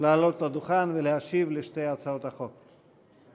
לעלות לדוכן ולהשיב על שתי הצעות החוק.